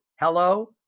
Hello